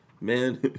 man